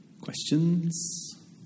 Questions